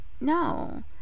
No